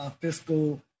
fiscal